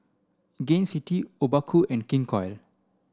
Gain City Obaku and King Koil